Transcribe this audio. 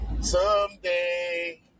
Someday